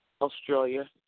Australia